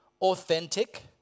authentic